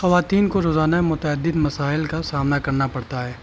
خواتین کو روزانہ متعد مسائل کا سامنا کرنا پڑتا ہے